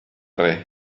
res